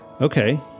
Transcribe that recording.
okay